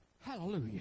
Hallelujah